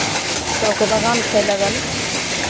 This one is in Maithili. सभके बगान छै लगल